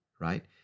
right